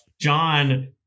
John